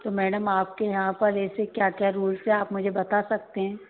तो मैडम आपके यहाँ पर ऐसे क्या क्या रूल्स है आप मुझे बता सकते हैं